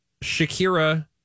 Shakira